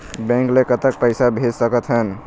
Bank ले कतक पैसा भेज सकथन?